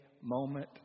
moment